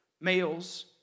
males